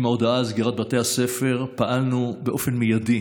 עם ההודעה על סגירת בתי הספר פעלנו באופן מיידי